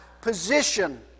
position